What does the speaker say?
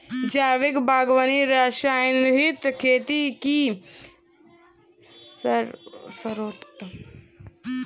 जैविक बागवानी रसायनरहित खेती की सर्वोत्तम प्रक्रिया है